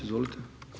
Izvolite.